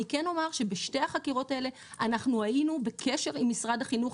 אני כן אומר שבשתי החקירות האלה אנחנו היינו בקשר עם משרד החינוך,